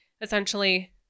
essentially